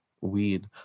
weed